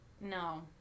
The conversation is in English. No